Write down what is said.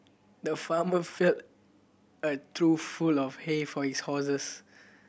the farmer filled a trough full of hay for his horses